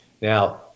Now